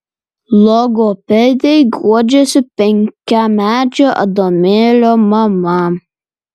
logopedei guodžiasi penkiamečio adomėlio mama